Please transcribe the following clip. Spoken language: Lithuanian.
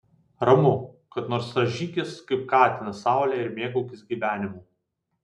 ramu kad nors rąžykis kaip katinas saulėje ir mėgaukis gyvenimu